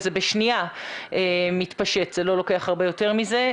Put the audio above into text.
זה בשנייה מתפשט, זה לא לוקח הרבה יותר מזה.